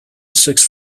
sixth